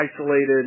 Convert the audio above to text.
isolated